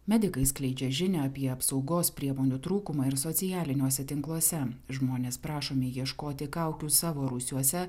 medikai skleidžia žinią apie apsaugos priemonių trūkumą ir socialiniuose tinkluose žmonės prašomi ieškoti kaukių savo rūsiuose